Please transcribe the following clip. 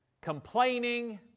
complaining